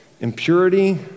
impurity